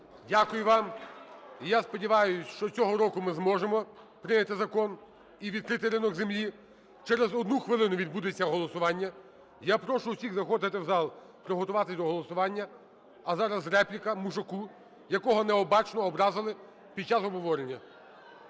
Дякую вам. І я сподіваюсь, що цього року ми зможемо прийняти закон і відкрити ринок землі. Через 1 хвилину відбудеться голосування. Я прошу всіх заходити в зал, приготуватись до голосування. А зараз репліка Мушаку, якого необачно образили під час обговорення.